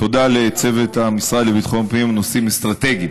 תודה לצוות המשרד לביטחון פנים ונושאים אסטרטגיים,